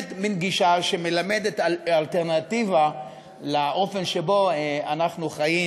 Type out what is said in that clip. מין גישה שמלמדת אלטרנטיבה לאופן שבו אנחנו חיים,